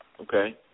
Okay